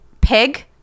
pig